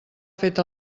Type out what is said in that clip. fet